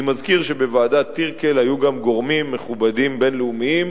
אני מזכיר שגם גורמים מכובדים בין-לאומיים